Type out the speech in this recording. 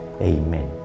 Amen